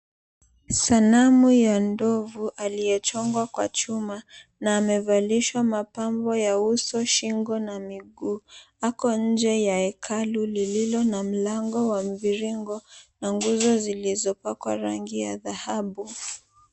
Sanamu ya ndovu, aliyechongwa kwa chuma, na amevalishwa mapambo ya uso, shingo, na miguu. Ako nje ya hekalu lililo na mlango wa mviringo, na nguzo zilizopakwa rangi ya dhahabu.